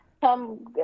Come